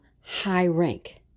High-Rank